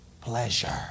pleasure